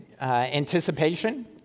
anticipation